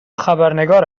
خبرنگار